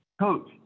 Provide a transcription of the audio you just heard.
Coach